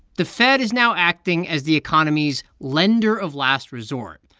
the fed is now acting as the economy's lender of last resort.